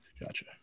Gotcha